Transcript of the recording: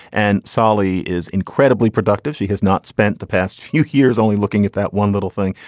and sally is incredibly productive. she has not spent the past few years only looking at that one little thing.